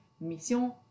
Mission